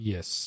Yes